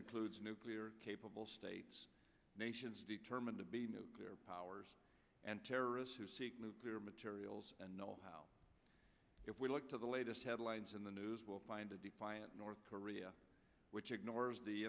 includes nuclear capable states nations determined to be nuclear powers and terrorists who seek nuclear materials and know how if we look to the latest headlines in the news will find a defiant north korea which